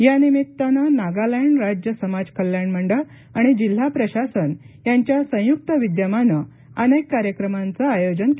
यानिमित्तानं नागालँड राज्य समाज कल्याण मंडळ आणि जिल्हा प्रशासन यांच्या संयुक्त विद्यमानं अनेक कार्यक्रमांचं आयोजन केलं आहे